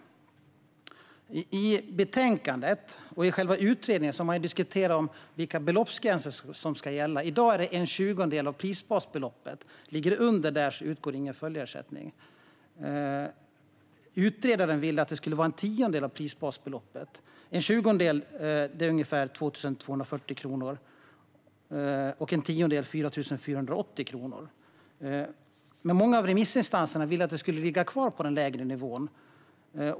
I betänkandet och i själva utredningen har man diskuterat vilka beloppsgränser som ska gälla. I dag är det en tjugondel av prisbasbeloppet. Under detta utgår ingen följeersättning. Utredaren ville att det skulle vara en tiondel av prisbasbeloppet. En tjugondel är ungefär 2 240 kronor, och en tiondel är 4 480 kr. Men många av remissinstanserna ville att det skulle ligga kvar på den lägre nivån.